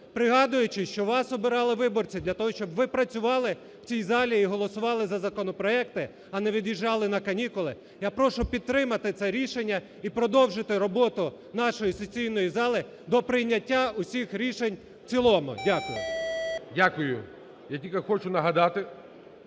пригадуючи, що вас обирали виборці для того, щоб ви працювали в цій залі і голосували за законопроекти, а не від'їжджали на канікули, я прошу підтримати це рішення і продовжити роботу нашої сесійної зали до прийняття усіх рішень в цілому. Дякую. Веде засідання